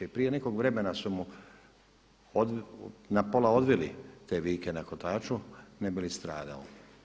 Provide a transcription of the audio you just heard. I prije nekog vremena su mu na pola odvili te vijke na kotaču ne bi li stradao.